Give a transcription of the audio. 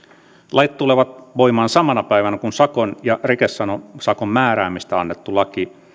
lait tulevat voimaan samana päivänä kuin sakon ja rikesakon määräämisestä annettu laki